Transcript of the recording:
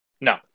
No